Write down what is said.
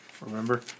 Remember